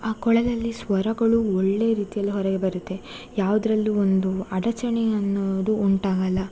ಆ ಕೊಳಲಲ್ಲಿ ಸ್ವರಗಳು ಒಳ್ಳೆಯ ರೀತಿಯಲ್ಲಿ ಹೊರಗೆ ಬರುತ್ತೆ ಯಾವುದ್ರಲ್ಲು ಒಂದು ಅಡಚಣೆ ಅನ್ನೋದು ಉಂಟಾಗಲ್ಲ